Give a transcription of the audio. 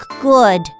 good